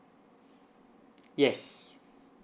yes